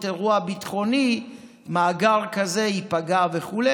אירוע ביטחוני מאגר כזה ייפגע וכו',